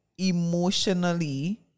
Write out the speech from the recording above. emotionally